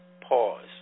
pause